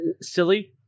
silly